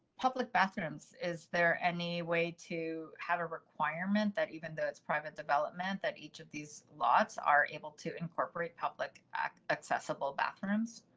public bathrooms. is there any way to have a requirement that even though it's private development that each of these logs are able to incorporate public accessible bathrooms?